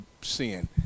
sin